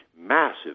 massive